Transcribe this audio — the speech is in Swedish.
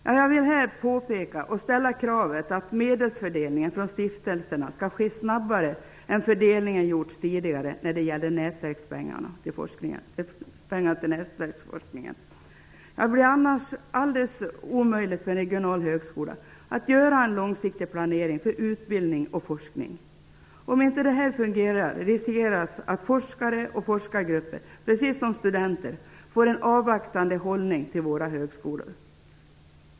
Jag vill här påpeka och ställa kravet att medelsfördelningen från stiftelserna skall ske snabbare än tidigare när det gäller pengar till nätverksforskningen. Det blir annars alldeles omöjligt för en regional högskola att göra en långsiktig planering för utbildning och forskning. Om inte detta fungerar riskeras att forskare och forskargrupper precis som studenter intar en avvaktande hållning till våra högskolor.